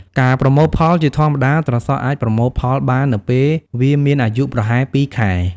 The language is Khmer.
ការប្រមូលផលជាធម្មតា ត្រសក់អាចប្រមូលផលបាននៅពេលវាមានអាយុប្រហែល ២ ខែ។